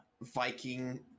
Viking